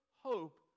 hope